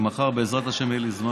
שמחר בעזרת השם יהיה לי זמן,